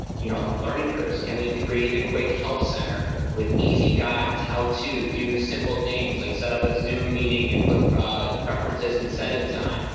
you know, learning curves. can we create a quick help center, with easy guides, how to do simple things, like set up a zoom meeting and put preferences and settings on?